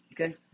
okay